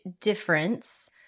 difference